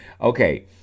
Okay